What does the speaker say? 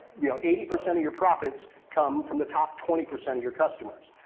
you know eighty percent of your profits come from the top twenty percent of your customers.